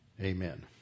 Amen